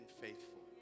faithful